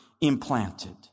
implanted